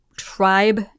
tribe